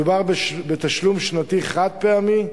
מדובר בתשלום שנתי חד-פעמי,